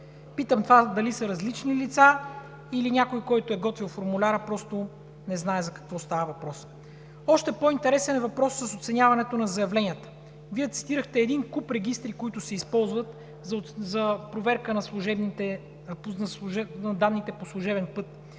Питам това дали са различни лица, или някой, който е готвил формуляра, просто не знае за какво става въпрос? Още по-интересен е въпросът с оценяването на заявленията. Вие цитирахте един куп регистри, които се използват за проверка на данните по служебен път.